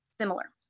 similar